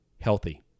healthy